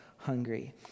hungry